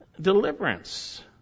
deliverance